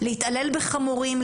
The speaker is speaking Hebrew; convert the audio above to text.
להתעלל בחמורים,